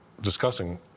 discussing